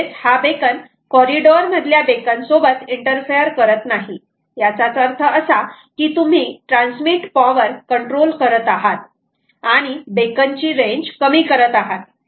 म्हणजेच हा beacon corridor मधल्या बेकन सोबत इंटरफेयर करत नाही याचाच अर्थ असा की तुम्ही ट्रान्समिट पॉवर कंट्रोल करत आहात आणि बेकन ची रेंज कमी करत आहात